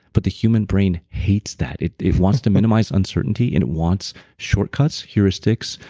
but the human brain hates that. it it wants to minimize uncertainty and it wants shortcuts, heuristics,